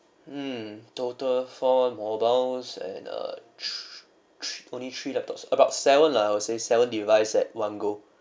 mm total four mobiles and err th~ three only three laptops about seven lah I will say seven device at one go